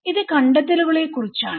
ഇത് കണ്ടെത്തലുകളെക്കുറിച്ചാണ്